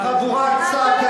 חבר הכנסת, אתה גרמת לוונדליזם.